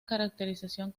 caracterización